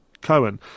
Cohen